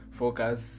focus